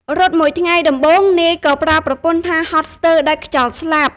រត់មួយថ្ងៃដំបូង នាយក៏ប្រាប់ប្រពន្ធថាហត់ស្ទើរដាច់ខ្យល់ស្លាប់។